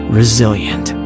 resilient